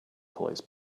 police